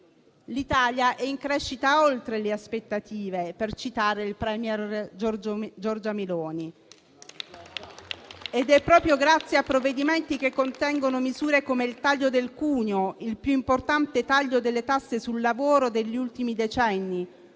L'Italia è in crescita oltre le aspettative, per citare il *premier* Giorgia Meloni. Ed è proprio grazie a provvedimenti che contengono misure come il taglio del cuneo, il più importante taglio delle tasse sul lavoro degli ultimi decenni,